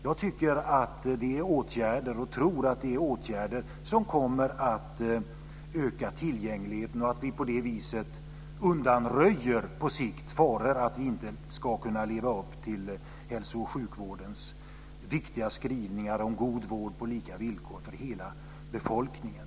Jag tror att det är åtgärder som kommer att öka tillgängligheten och att vi på det viset på sikt undanröjer faran att vi inte ska kunna leva upp till hälso och sjukvårdens viktiga skrivningar om god vård på lika villkor för hela befolkningen.